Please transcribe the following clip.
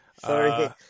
sorry